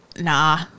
Nah